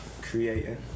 creating